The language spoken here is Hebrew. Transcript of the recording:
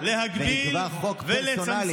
ונקבע חוק פרסונלי.